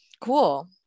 Cool